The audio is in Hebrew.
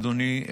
אדוני,